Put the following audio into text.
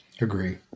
Agree